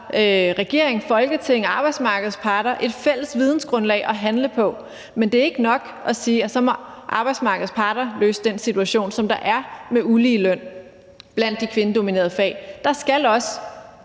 regeringen, Folketinget, arbejdsmarkedets parter – et fælles videngrundlag at handle på, men det er ikke nok at sige, at så må arbejdsmarkedets parter løse den situation, som der er, med uligeløn blandt de kvindedominerede fag. Der skal også